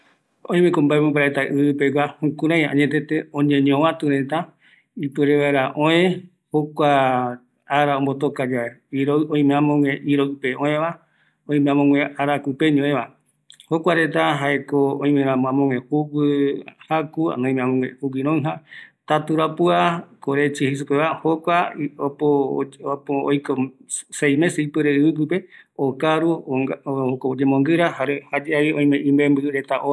Oime jokuanunga reta, öë iara peraño, oime iroɨ pegua jare arakupeguareta, oime ramo jugui ikavi araku pegua jare iroɨ pegua, amogue ova yasɨ oiko reta ɨvɨguipe